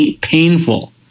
painful